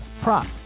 prop